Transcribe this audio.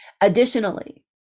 Additionally